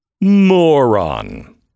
Moron